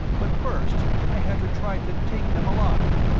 but first i had to try to take them alive.